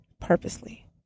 purposely